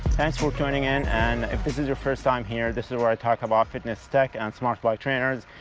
thanks for joining in and if this is your first time here, this is where i talk about um ah fitness tech and smartbike trainers.